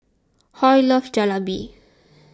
Hoy loves Jalebi